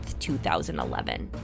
2011